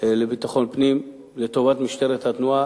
לביטחון פנים לטובת משטרת התנועה.